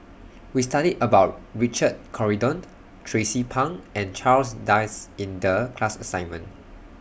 We studied about Richard Corridon Tracie Pang and Charles Dyce in The class assignment